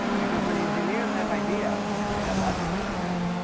because when engineers have ideas, and they have lots of ideas,